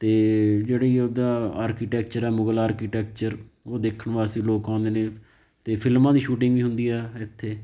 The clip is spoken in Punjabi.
ਅਤੇ ਜਿਹੜੀ ਉਹਦਾ ਆਰਕੀਟੈਕਚਰ ਆ ਮੁਗ਼ਲ ਆਰਕੀਟੈਕਚਰ ਉਹ ਦੇਖਣ ਵਾਸਤੇ ਵੀ ਲੋਕ ਆਉਂਦੇ ਨੇ ਅਤੇ ਫ਼ਿਲਮਾਂ ਦੀ ਸ਼ੂਟਿੰਗ ਵੀ ਹੁੰਦੀ ਆ ਇੱਥੇ